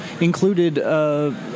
included